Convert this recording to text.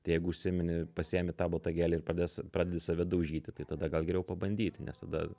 jeigu užsimini pasiimi tą botagėlį ir pradėsi pradedi save daužyti tai tada gal geriau pabandyti nes tada